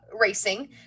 racing